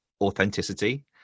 authenticity